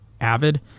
Avid